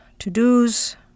to-dos